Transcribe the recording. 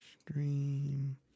stream